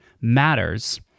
matters